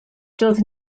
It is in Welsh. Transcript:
doedd